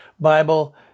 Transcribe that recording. Bible